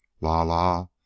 La-la